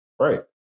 Right